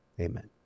Amen